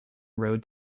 road